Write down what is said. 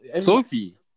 Sophie